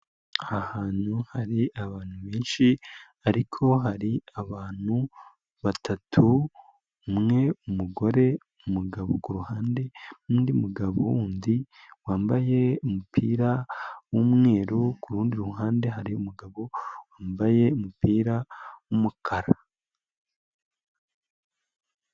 Aha hantu hari abantu benshi ariko hari abantu batatu, umwe umugore, umugabo, ku ruhande n'undi mugabo wundi wambaye umupira w'umweru, ku rundi ruhande hari umugabo wambaye umupira w'umukara.